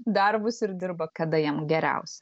darbus ir dirba kada jiem geriausia